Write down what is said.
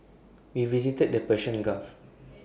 we visited the Persian gulf